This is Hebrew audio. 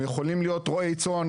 הם יכולים להיות רועי צאן,